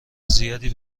زیادی